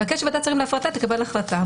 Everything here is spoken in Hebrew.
לבקש מוועדת שרים להפרטה תקבל החלטה.